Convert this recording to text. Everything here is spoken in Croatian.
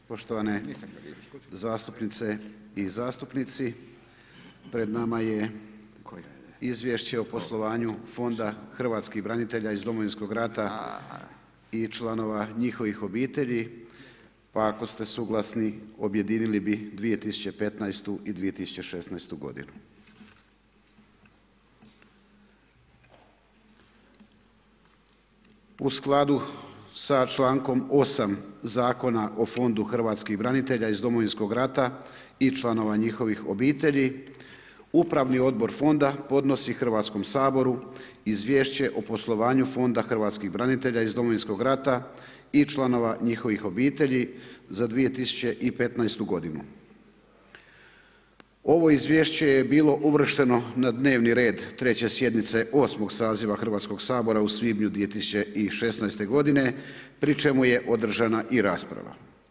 Poštovane zastupnice i zastupnici, pred nama je izvješće o poslovanju Fonda hrvatskih branitelja iz Domovinskog rata i članova njihovih obitelji, pa ako ste suglasni, objedinili bi 2015. i 2016. g. U skladu sa čl. 8. Zakona o Fonda hrvatskih branitelja iz Domovinskog rata i članova njihovih obitelji upravni odbor Fonda podnosi Hrvatskom saboru izvješće o poslovanju Fonda hrvatskih branitelja iz Domovinskog rata i članova njihovih obitelji za 2015. g. Ovo izvješće je bilo uvršteno na dnevni red 3 sjednice 8 saziva Hrvatskog sabora u svibnju 2016. g. pri čemu je održana i rasprava.